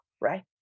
right